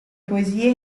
poesie